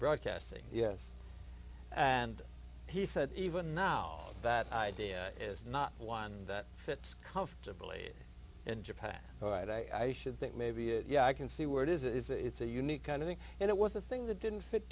broadcasting yes and he said even now that idea is not one that fits comfortably in japan but i should think maybe it yeah i can see where it is it's a unique kind of thing and it was a thing that didn't fit